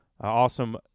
awesome